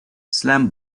slam